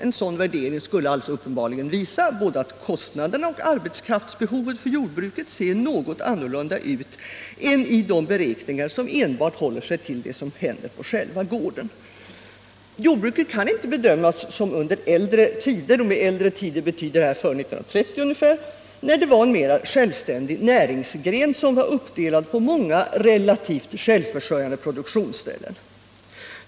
En sådan värdering skulle uppenbarligen visa att både kostnaderna och arbetskraftsbehovet för jordbruket ser något annorlunda ut i verkligheten än i de beräkningar som enbart håller sig till vad som händer på själva gården. Jordbruket kan inte bedömas som under äldre tider äldre tider betyder här ungefär före 1930 — när det var en mer självständig näringsgren, uppdelad på många relativt självförsörjande produktionsställen.